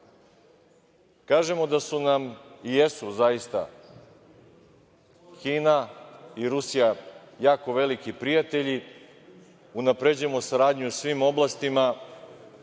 da su nam, i jesu, zaista, Kina i Rusija jako veliki prijatelji, unapređujemo saradnju u svim oblastima.